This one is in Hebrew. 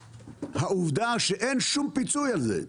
העובדה שאין שום פיצוי על זה,